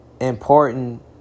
important